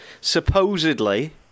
supposedly